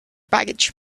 baggage